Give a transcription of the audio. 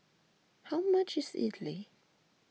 how much is Idly